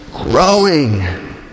growing